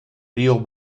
río